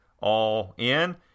All-In